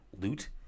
loot